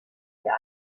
wir